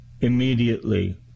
immediately